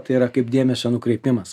tai yra kaip dėmesio nukreipimas